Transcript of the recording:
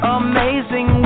amazing